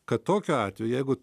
kad tokiu atveju jeigu